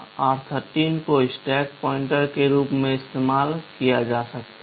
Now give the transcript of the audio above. r13 को stack pointer के रूप में इस्तेमाल किया जा सकता है